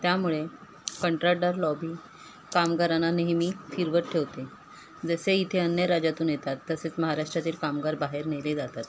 त्यामुळे कंत्राटदार लॉबी कामगारांना नेहमी फिरवत ठेवते जसे इथे अन्य राज्यातून येतात तसेच महाराष्ट्रातील कामगार बाहेर नेले जातात